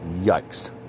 yikes